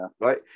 Right